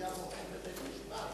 שתלויה ועומדת בבית-המשפט,